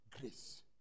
Grace